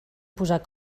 posar